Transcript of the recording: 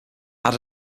had